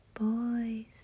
Boys